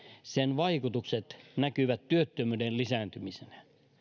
sen vaikutukset näkyvät työttömyyden lisääntymisenä